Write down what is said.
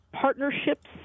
Partnerships